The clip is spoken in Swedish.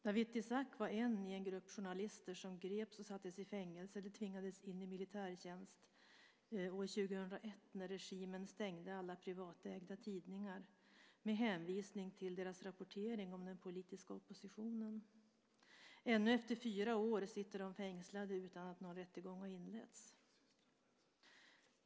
Dawit Isaak var en i en grupp journalister som greps och sattes i fängelse eller tvingades in i militärtjänst år 2001 när regimen stängde alla privatägda tidningar med hänvisning till deras rapportering om den politiska oppositionen. Ännu efter fyra år sitter de fängslade utan att någon rättegång har inletts.